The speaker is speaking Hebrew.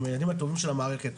הם הילדים הטובים של המערכת,